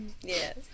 Yes